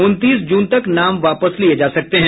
उनतीस जून तक नाम वापस लिये जा सकते हैं